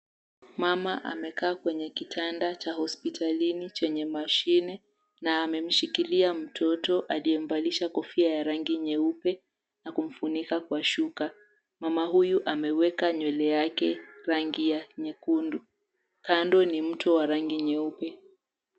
Mama amekaa kwenye kitanda cha hospitalini chenye mashine na amemshikilia mtoto aliyemvalisha kofia ya rangi nyeupe na kumfunika kwa shuka, mama huyu ameweka nywele yake rangi ya nyekundu, kando ni mto wa rangi nyeupe.